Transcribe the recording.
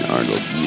Arnold